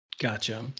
Gotcha